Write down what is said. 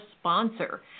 sponsor